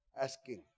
Asking